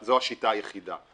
זו השיטה היחידה.